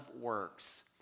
works